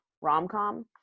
rom-com